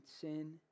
sin